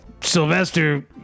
sylvester